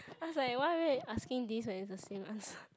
I was like why will you asking this and is the same answer